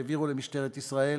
אשר העבירו למשטרת ישראל